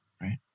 right